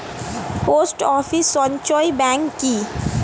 Post office সঞ্চয় bank কি?